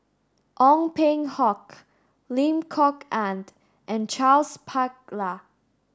Ong Peng Hock Lim Kok Ann and Charles Paglar